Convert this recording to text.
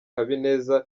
habineza